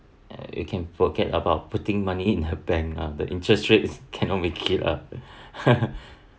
you can forget about putting money in the bank lah the interest rates cannot make it ah